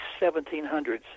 1700s